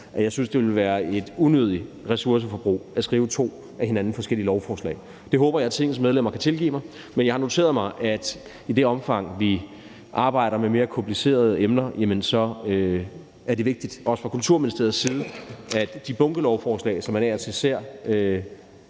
jeg synes, det ville være et unødigt ressourceforbrug at skrive to fra hinanden forskellige lovforslag. Det håber jeg at Tingets medlemmer kan tilgive mig. Men jeg har noteret mig, at det i det omfang, vi arbejder med mere komplicerede emner, er vigtigt, at man også fra Kulturministeriets side kun fremsætter de bunkelovforslag, som man